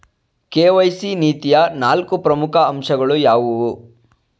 KYC ನೀತಿಯ ನಾಲ್ಕು ಪ್ರಮುಖ ಅಂಶಗಳು ಯಾವುವು?